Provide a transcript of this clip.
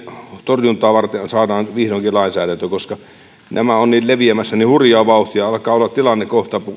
torjuntaa varten saadaan vihdoinkin lainsäädäntö koska ne ovat leviämässä niin hurjaa vauhtia alkaa olla kohtapuoliin tilanne